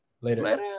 later